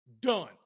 Done